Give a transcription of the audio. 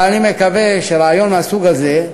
אבל אני מקווה שרעיון מהסוג הזה,